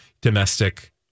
domestic